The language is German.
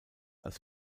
als